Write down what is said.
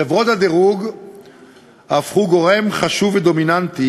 חברות הדירוג הפכו גורם חשוב ודומיננטי